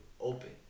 open